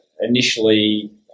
Initially